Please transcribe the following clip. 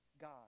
God